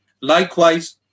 Likewise